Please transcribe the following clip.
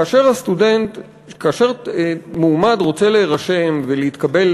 כאשר מועמד רוצה להירשם ולהתקבל,